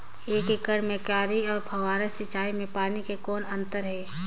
एक एकड़ म क्यारी अउ फव्वारा सिंचाई मे पानी के कौन अंतर हे?